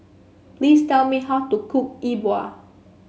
please tell me how to cook E Bua